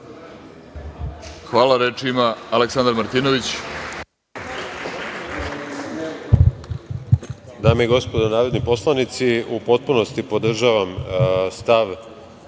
Hvala. Reč ima Aleksandar Martinović.